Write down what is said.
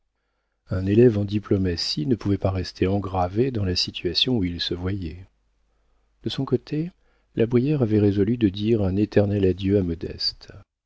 un élève en diplomatie ne pouvait pas rester engravé dans la situation où il se voyait de son côté la brière avait résolu de dire un éternel adieu à modeste